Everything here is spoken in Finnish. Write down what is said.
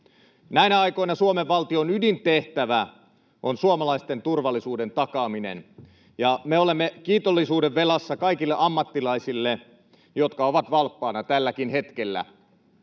Näinä aikoina Suomen valtion ydintehtävä on suomalaisten turvallisuuden takaaminen, ja me olemme kiitollisuudenvelassa kaikille ammattilaisille, jotka ovat valppaana tälläkin hetkellä.